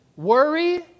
Worry